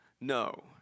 No